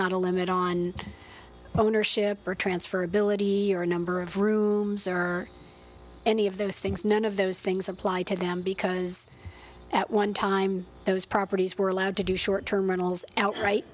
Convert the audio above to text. not a limit on ownership or transfer ability or number of rooms or any of those things none of those things apply to them because at one time those properties were allowed to do short terminals outright